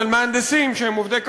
על מהנדסים שהם עובדי קבלן.